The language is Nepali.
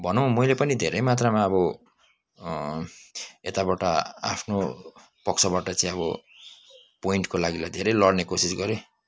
भनौँ मैले पनि धेरै मात्रामा अब यताबाट आफ्नो पक्षबाट चाहिँ अब पोइन्टको लागिलाई धेरै लड्ने कोशिष गरेँ